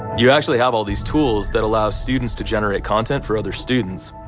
you actually have all these tools that allow students to generate content for other students,